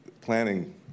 planning